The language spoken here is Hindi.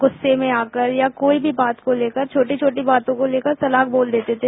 गुस्से में आकर या कोई भी बात को लेकर छोटी छोटी बातों को लेकर तलाक बोल देते थे